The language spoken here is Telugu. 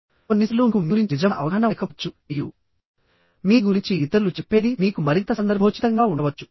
కొన్నిసార్లు మీకు మీ గురించి నిజమైన అవగాహన ఉండకపోవచ్చు మరియు మీ గురించి ఇతరులు చెప్పేది మీకు మరింత సందర్భోచితంగా ఉండవచ్చు